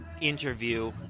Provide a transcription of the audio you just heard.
interview